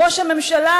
וראש הממשלה,